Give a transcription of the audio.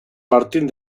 martín